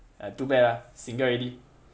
ah too bad ah single already